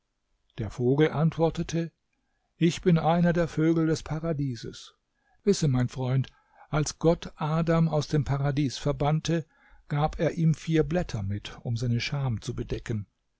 der vogel antwortete ich bin einer der vögel des paradieses wisse mein freund als gott adam aus dem paradies verbannte gab er ihm vier blätter mit um seine scham zu bedecken